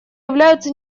являются